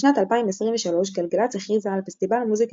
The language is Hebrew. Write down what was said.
בשנת 2023 גלגלצ הכריזה על פסטיבל מוזיקה